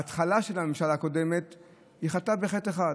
בעיניי ההתחלה של הממשלה הקודמת הוא חטא אחד,